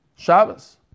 Shabbos